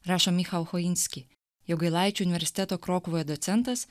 rašo mihau hojinski jogailaičių universiteto krokuvoje docentas